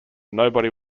nobody